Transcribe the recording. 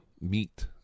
meat